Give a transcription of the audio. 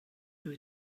dwi